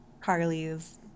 Carly's